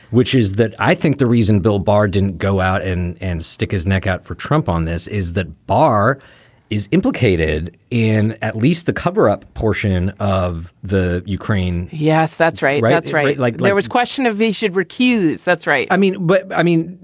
which is that i think the reason bill bar didn't go out and stick his neck out for trump on this is that bar is implicated in at least the cover up portion of the ukraine. yes, that's right. that's right. like there was question of he should recuse. that's right. i mean, but i mean,